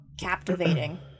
captivating